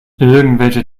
irgendwelche